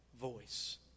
voice